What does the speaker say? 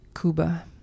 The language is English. cuba